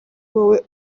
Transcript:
wowe